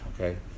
okay